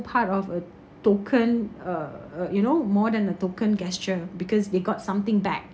part of a token err you know more than a token gesture because they got something back